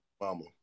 mama